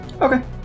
Okay